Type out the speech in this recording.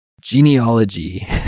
genealogy